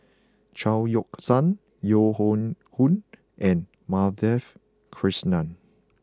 Chao Yoke San Yeo Hoe Koon and Madhavi Krishnan